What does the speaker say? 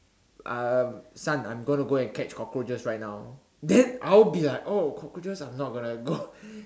um son I'm going to go and catch cockroaches right now then I'll be like oh cockroaches I'm not going to go